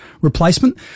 replacement